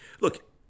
Look